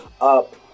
up